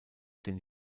den